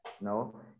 no